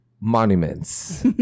monuments